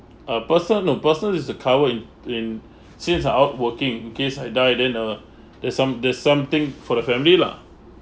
a person a person is recovered in in since I out working in case I die then uh there's some there's something for the family lah